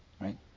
Right